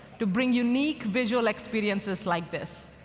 to bring unique visual experiences like this.